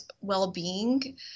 well-being